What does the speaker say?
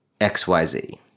XYZ